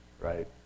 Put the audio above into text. right